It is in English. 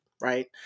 right